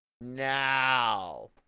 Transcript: now